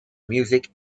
music